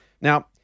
Now